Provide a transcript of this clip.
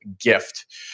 gift